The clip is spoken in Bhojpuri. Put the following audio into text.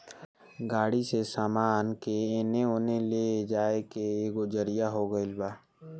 गाड़ी से सामान के एने ओने ले जाए के एगो जरिआ हो गइल बा